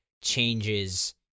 changes